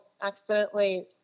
accidentally